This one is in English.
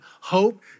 hope